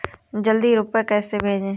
जल्दी रूपए कैसे भेजें?